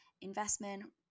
investment